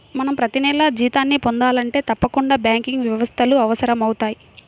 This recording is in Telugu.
మనం ప్రతినెలా జీతాన్ని పొందాలంటే తప్పకుండా బ్యాంకింగ్ వ్యవస్థలు అవసరమవుతయ్